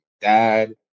dad